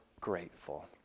grateful